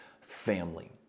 family